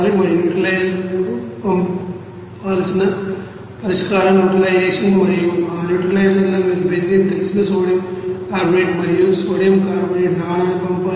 మరియు న్యూట్రాలైజర్కు పంపాల్సిన పరిష్కారం న్యూట్రలైజేషన్ మరియు ఆ న్యూట్రలైజర్లో మీరు బెంజీన్ తెలిసిన సోడియం కార్బోనేట్ మరియు సోడియం కార్బోనేట్ ద్రావణాన్ని పంపాలి